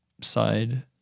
side